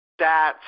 stats